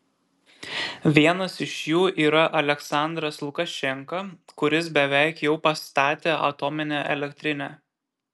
vienas iš jų yra aliaksandras lukašenka kuris beveik jau pastatė atominę elektrinę